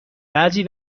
بعضی